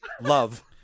Love